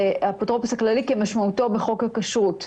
""האפוטרופוס הכללי" כמשמעותו בחוק הכשרות",